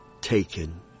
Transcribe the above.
taken